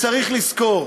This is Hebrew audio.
צריך לזכור: